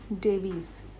Davies